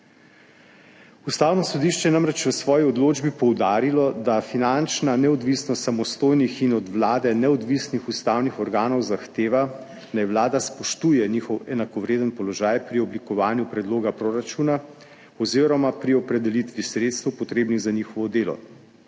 Ustavno sodišče je namreč v svoji odločbi poudarilo, da finančna neodvisnost samostojnih in od vlade neodvisnih ustavnih organov zahteva, naj vlada spoštuje njihov enakovreden položaj pri oblikovanju predloga proračuna oziroma pri opredelitvi sredstev, potrebnih za njihovo delo.